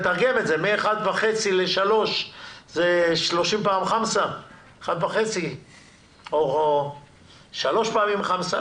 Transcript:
מ-1.5% ל-3% - זה 30 פעם ח'מסה או שלוש פעמים ח'מסה,